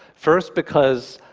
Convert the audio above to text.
first, because